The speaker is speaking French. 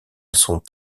sont